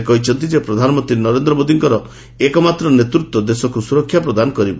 ସେ କହିଛନ୍ତି ଯେ ପ୍ରଧାନମନ୍ତ୍ରୀ ନରେନ୍ଦ୍ର ମୋଦିଙ୍କର ଏକମାତ୍ର ନେତୃତ୍ୱ ଦେଶକୁ ସୁରକ୍ଷା ପ୍ରଦାନ କରିବ